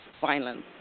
violence